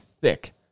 thick